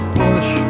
push